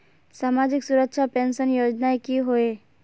सामाजिक सुरक्षा पेंशन योजनाएँ की होय?